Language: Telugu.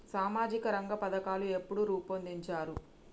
సామాజిక రంగ పథకాలు ఎప్పుడు రూపొందించారు?